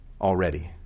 already